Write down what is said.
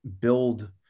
build